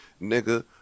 nigga